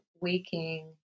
waking